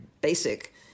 basic